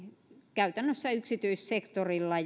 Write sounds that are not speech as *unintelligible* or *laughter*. käytännössä yksityissektorilla *unintelligible*